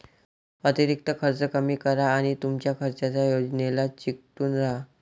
अतिरिक्त खर्च कमी करा आणि तुमच्या खर्चाच्या योजनेला चिकटून राहा